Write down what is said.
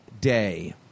day